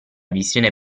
visione